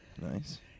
Nice